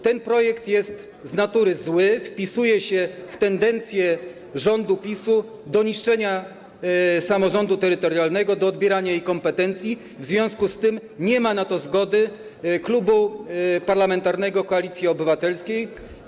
Ten projekt jest z natury zły, wpisuje się w tendencję rządu PiS-u do niszczenia samorządu terytorialnego, do odbierania mu kompetencji, w związku z tym nie ma na to zgody Klubu Parlamentarnego Koalicja Obywatelska.